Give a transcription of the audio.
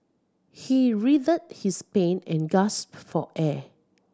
he writhed his pain and gasped for air